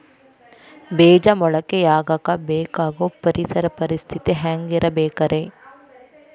ಬೇಜ ಮೊಳಕೆಯಾಗಕ ಬೇಕಾಗೋ ಪರಿಸರ ಪರಿಸ್ಥಿತಿ ಹ್ಯಾಂಗಿರಬೇಕರೇ?